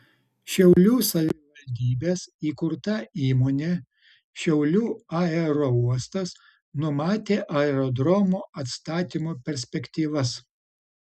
šiaulių savivaldybės įkurta įmonė šiaulių aerouostas numatė aerodromo atstatymo perspektyvas